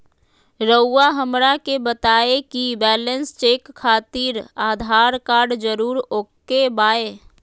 रउआ हमरा के बताए कि बैलेंस चेक खातिर आधार कार्ड जरूर ओके बाय?